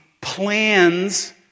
plans